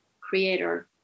creator